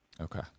Okay